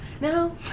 No